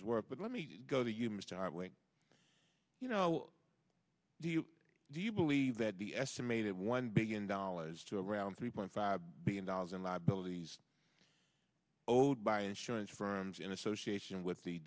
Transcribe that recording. it's worth but let me go to you mister you know do you do you believe that the estimated one billion dollars to around three point five billion dollars in liabilities oh by insurance firms in association with the